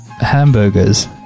hamburgers